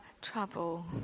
trouble